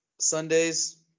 Sundays